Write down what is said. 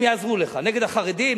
הם יעזרו לך נגד החרדים,